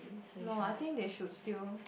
no I think they should still